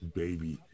baby